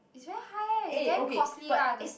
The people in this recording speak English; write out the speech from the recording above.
it's very high eh it's damn costly ah to